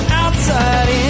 outside